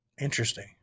Interesting